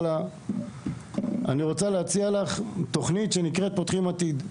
לה "..אני רוצה להציע לך תוכנית שנקראת "פותחים עתיד"..",